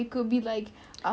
jawapan yang